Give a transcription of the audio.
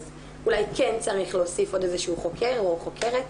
אז אולי כן צריך להוסיף עוד איזשהו חוקר או חוקרת.